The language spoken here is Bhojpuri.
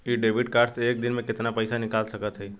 इ डेबिट कार्ड से एक दिन मे कितना पैसा निकाल सकत हई?